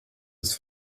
des